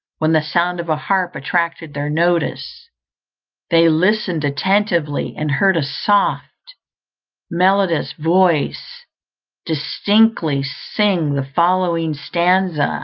when the sound of a harp attracted their notice they listened attentively, and heard a soft melodious voice distinctly sing the following stanzas